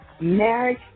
marriage